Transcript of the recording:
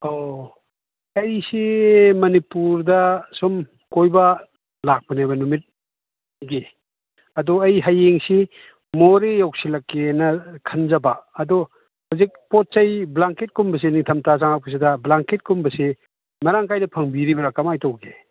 ꯑꯧ ꯑꯩꯁꯤ ꯃꯅꯤꯄꯨꯔꯗ ꯁꯨꯝ ꯀꯣꯏꯕ ꯂꯥꯛꯄꯅꯦꯕ ꯅꯨꯃꯤꯠ ꯒꯤ ꯑꯗꯣ ꯑꯩ ꯍꯌꯦꯡꯁꯤ ꯃꯣꯔꯦ ꯌꯧꯁꯤꯜꯂꯛꯀꯦꯅ ꯈꯟꯖꯕ ꯑꯗꯣ ꯍꯧꯖꯤꯛ ꯄꯣꯠ ꯆꯩ ꯕ꯭ꯂꯥꯡꯀꯦꯠꯀꯨꯝꯕꯁꯦ ꯅꯤꯡꯊꯝꯊꯥ ꯆꯪꯉꯛꯄꯁꯤꯗ ꯕ꯭ꯂꯥꯡꯀꯦꯠꯀꯨꯝꯕꯁꯤ ꯃꯔꯥꯡ ꯀꯥꯏꯅ ꯐꯪꯕꯤꯔꯤꯕ꯭ꯔꯥ ꯀꯃꯥꯏꯅ ꯇꯧꯒꯦ